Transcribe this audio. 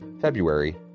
February